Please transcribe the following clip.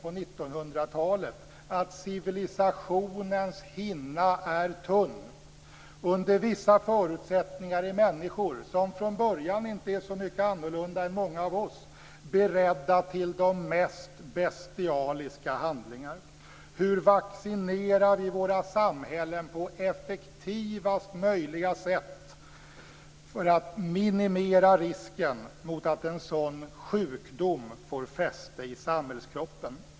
För vilken gång i ordningen lär vi oss det på 1900-talet? Under vissa förutsättningar är människor som från början inte är så mycket mer annorlunda än många av oss beredda till de mest bestialiska handlingar. Hur vaccinerar vi våra samhällen på effektivast möjliga sätt för att minimera risken att en sådan sjukdom får fäste i samhällskroppen?